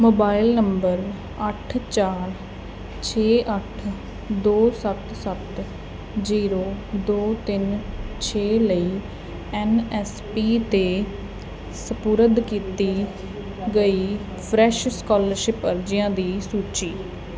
mobile number ਅੱਠ ਚਾਰ ਛੇ ਅੱਠ ਦੋ ਸੱਤ ਸੱਤ ਜ਼ੀਰੋ ਦੋ ਤਿੰਨ ਛੇ ਲਈ ਐੱਨ ਐੱਸ ਪੀ 'ਤੇ ਸਪੁਰਦ ਕੀਤੀ ਗਈ ਫਰੈਸ਼ ਸਕਾਲਰਸ਼ਿਪ ਅਰਜ਼ੀਆਂ ਦੀ ਸੂਚੀ